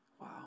Wow